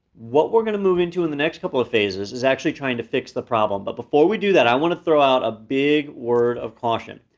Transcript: what we're gonna move into in the next couple of phases is actually trying to fix the problem. but before we do that, i wanna throw out a big word of caution.